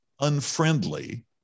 unfriendly